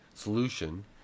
solution